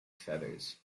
feathers